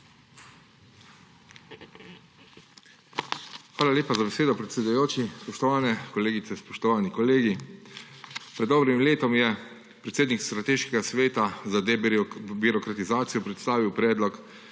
Hvala lepa za besedo, predsedujoči. Spoštovane kolegice in spoštovani kolegi! Pred dobrim letom je predsednik Strateškega sveta za debirokratizacijo predstavil predlog